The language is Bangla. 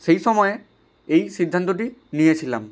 সেই সময়ে এই সিদ্ধান্তটি নিয়েছিলাম